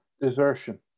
desertion